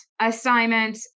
assignment